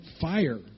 fire